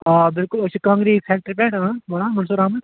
آ بِلکُل أسۍ چھِ کانٛگرِ فٮ۪کٹری پٮ۪ٹھ مَنظوٗر احمد